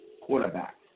quarterback